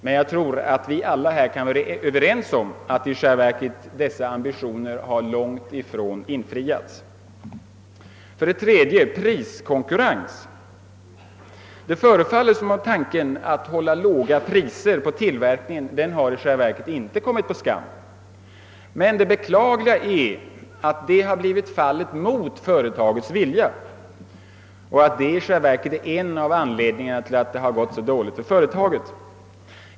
Men jag tror att vi alla här kan vara överens om att dessa ambitioner i själva verket långt ifrån har infriats. 3. Priskonkurrens. Det förefaller som om tanken att hålla låga priser på tillverkningen i själva verket inte kommit på skam, men det beklagliga är att detta har blivit fallet mot företagets vilja och att det faktiskt är en av anledningarna till att det har gått så dåligt för företaget.